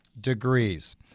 degrees